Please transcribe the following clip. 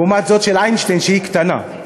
לעומת זאת של איינשטיין, שהיא קטנה,